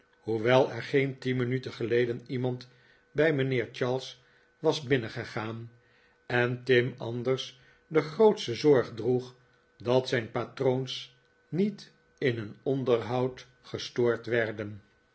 hoewel er geen tien minuten geleden iemand bij mijnheer charles was binnengegaan en tim anders de grootste zorg droeg dat zijn patroons niet in een onderhoud gestoord werden